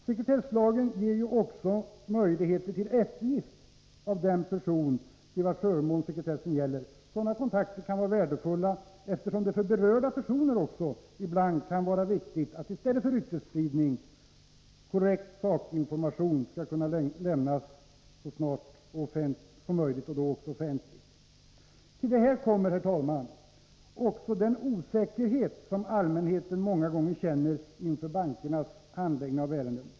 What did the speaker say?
Sekretesslagen ger också möjligheter till eftergift från den person till vars förmån sekretessen gäller. Sådana kontakter kan vara värdefulla, eftersom det också för berörda personer ibland kan vara viktigt att motverka ryktesspridning genom att korrekt sakinformation kan lämnas så snart som möjligt och då också offentligt. Till detta kommer, herr talman, också den osäkerhet som allmänheten många gånger känner inför bankernas handläggning av ärenden.